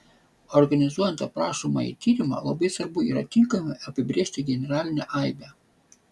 organizuojant aprašomąjį tyrimą labai svarbu yra tinkamai apibrėžti generalinę aibę